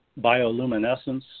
bioluminescence